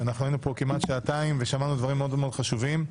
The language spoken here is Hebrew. היינו פה כמעט שעתיים ושמענו דברים מאוד מאוד חשובים.